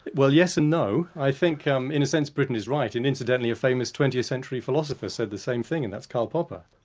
well yes and no. i think um in a sense britten is right, and incidentally a famous twentieth century philosopher said the same thing, and that's karl popper.